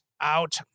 out